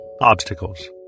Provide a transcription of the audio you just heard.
Obstacles